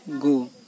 go